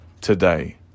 today